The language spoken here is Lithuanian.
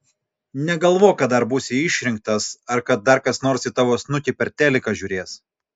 negalvok kad dar būsi išrinktas ar kad dar kas nors į tavo snukį per teliką žiūrės